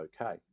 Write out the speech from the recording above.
okay